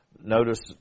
Notice